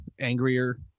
angrier